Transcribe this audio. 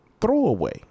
throwaway